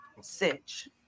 sitch